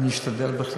אני אשתדל בהחלט.